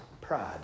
pride